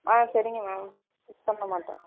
ஆ சரிங்க ma'am miss பண்ணமாட்டேன்